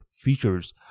features